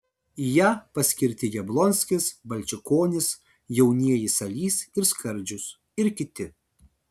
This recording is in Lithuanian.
į ją paskirti jablonskis balčikonis jaunieji salys ir skardžius ir kiti